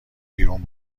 بیرون